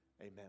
amen